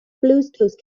bluetooth